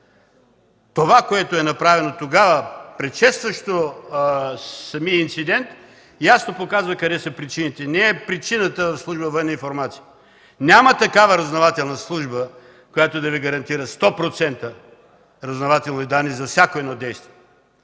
Това, което е направено тогава, предшестващо самия инцидент, ясно показва къде са причините. Не е причината в служба „Военна информация”. Няма такава разузнавателна служба, която да Ви гарантира 100% разузнавателни данни за всяко едно действие.